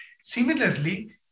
Similarly